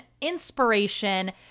inspiration